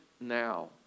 now